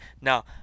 Now